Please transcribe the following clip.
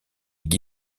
guy